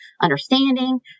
understanding